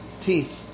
teeth